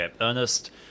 Ernest